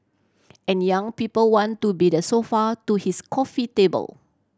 and young people want to be the sofa to his coffee table